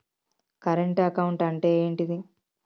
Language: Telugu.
కరెంట్ అకౌంట్ అంటే ఏంటిది?